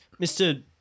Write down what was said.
Mr